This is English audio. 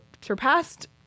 surpassed